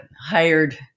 hired